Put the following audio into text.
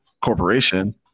corporation